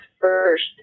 first